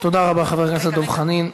תודה רבה, חבר הכנסת דב חנין.